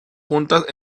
puntas